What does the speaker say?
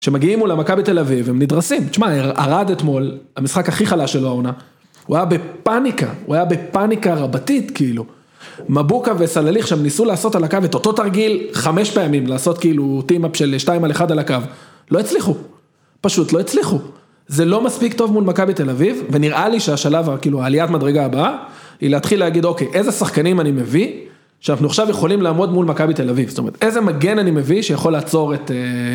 שמגיעים מולה מכבי תל אביב, הם נדרסים. תשמע, ערד אתמול, המשחק הכי חלש שלו העונה, הוא היה בפאניקה, הוא היה בפאניקה רבתית, כאילו. מבוקה וסלליך, שהם ניסו לעשות על הקו את אותו תרגיל חמש פעמים, לעשות כאילו טימאפ של שתיים על אחד על הקו. לא הצליחו, פשוט לא הצליחו. זה לא מספיק טוב מול מכבי תל אביב, ונראה לי שהשלב, כאילו העליית מדרגה הבאה, היא להתחיל להגיד, אוקיי, איזה שחקנים אני מביא, שאנחנו עכשיו יכולים לעמוד מול מכבי תל אביב, זאת אומרת, איזה מגן אני מביא שיכול לעצור את...